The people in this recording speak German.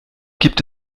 gibt